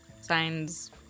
signs